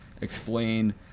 explain